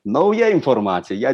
nauja informacija ją